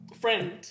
friend